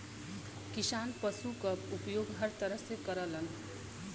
किसान पसु क उपयोग हर तरह से करलन